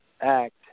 act